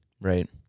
Right